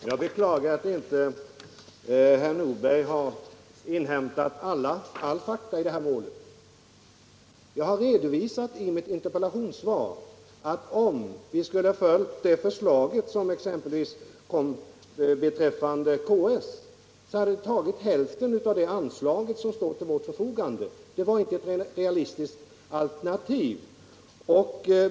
Herr talman! Jag beklagar att herr Nordberg inte inhämtat alla fakta i det här målet. Jag har redovisat i mitt interpellationssvar att om vi exempelvis skulle ha följt det förslag som rörde Karolinska sjukhuset så hade hälften av det anslag som står till vårt förfogande gått åt. Det var inte ett realistiskt alternativ.